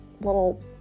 little